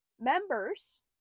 members